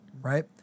right